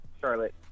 Charlotte